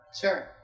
Sure